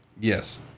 Yes